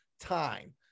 time